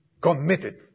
committed